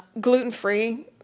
gluten-free